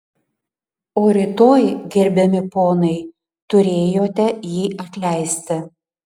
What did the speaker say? o rytoj gerbiami ponai turėjote jį atleisti